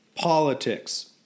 Politics